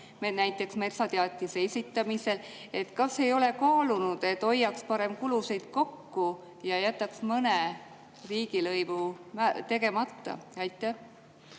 näiteks metsateatise esitamisel. Kas te ei ole kaalunud, et hoiaks parem kulusid kokku ja jätaks mõne riigilõivu tegemata? Aitäh!